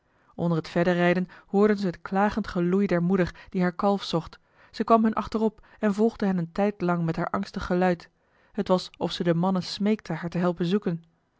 onder het verder rijden hoorden ze het klagend geloei der moeder die haar kalf zocht ze kwam hun achterop en volgde hen een tijd lang met haar angstig geluid het was of ze den mannen smeekte haar te helpen zoeken